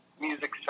music